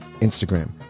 Instagram